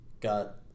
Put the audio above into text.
got